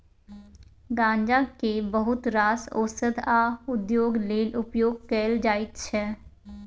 गांजा केँ बहुत रास ओषध आ उद्योग लेल उपयोग कएल जाइत छै